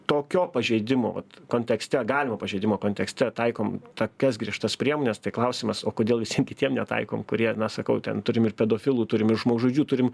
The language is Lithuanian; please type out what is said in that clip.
tokio pažeidimo va kontekste galimo pažeidimo kontekste taikom tokias griežtas priemones tai klausimas o kodėl visiem kitiem netaikom kurie sakau ten turim ir pedofilų turim ir žmogžudžių turim